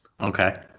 Okay